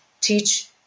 teach